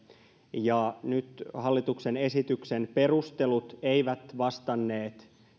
nyt hallituksen esityksen perustelut eivät vastanneet